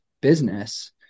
business